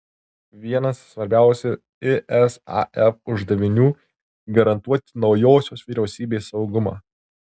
vienas svarbiausių isaf uždavinių garantuoti naujosios vyriausybės saugumą